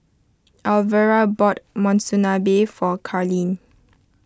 Alvera bought Monsunabe for Carlene